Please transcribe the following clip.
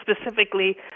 specifically